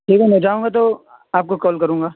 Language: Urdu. ٹھیک ہے میں جاؤں گا تو آپ کو کال کروں گا